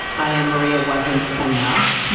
i am maria wasn't enough.